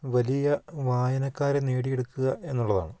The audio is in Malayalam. വലിയ വായനക്കാരെ നേടിയെടുക്കുക എന്നുള്ളതാണ്